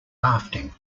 rafting